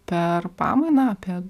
per pamainą apie